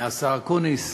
השר אקוניס,